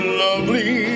lovely